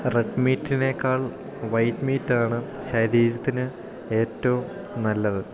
red മീറ്റിനേക്കാൾ white മീറ്റാണ് ശരീരത്തിന് ഏറ്റവും നല്ലത്